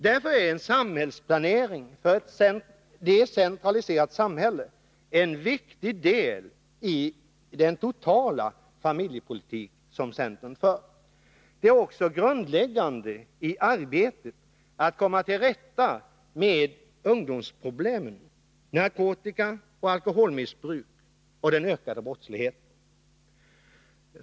Därför är en samhällsplanering för ett decentraliserat samhälle en viktig del i den totala familjepolitik som centern för. Det är också grundläggande i arbetet att komma till rätta med ungdomsproblemen, narkotikaoch alkoholmissbruk och den ökade brottsligheten.